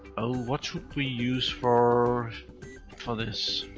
oh what should we use for for this?